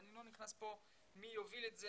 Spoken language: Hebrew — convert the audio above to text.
ואני לא נכנס פה מי יוביל את זה,